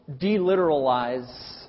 De-literalize